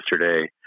yesterday